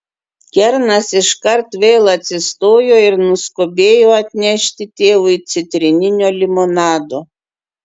kernas iškart vėl atsistojo ir nuskubėjo atnešti tėvui citrininio limonado